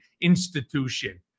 institution